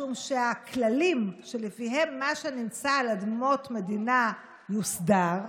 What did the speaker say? משום שהכללים שלפיהם מה שנמצא על אדמות מדינה מוסדר,